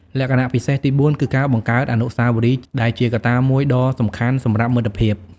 លក្ខណៈពិសេសទីបួនគឺការបង្កើតអនុស្សាវរីយ៍ដែលជាកត្តាមួយដ៏សំខាន់សម្រាប់មិត្តភាព។